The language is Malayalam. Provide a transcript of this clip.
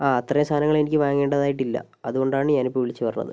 ആ അത്രയും സാധങ്ങൾ എനിക്ക് വാങ്ങേണ്ടതായിട്ട് ഇല്ല അതുകൊണ്ടാണ് ഞാൻ ഇപ്പോൾ വിളിച്ച് പറഞ്ഞത്